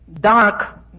dark